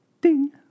Ding